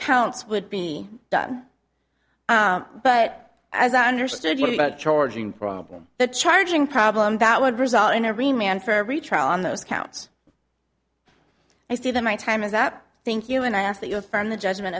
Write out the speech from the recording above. counts would be done but as i understood about charging problem the charging problem that would result in every man for every trial on those counts i see that my time is up thank you and i ask that your firm the judgment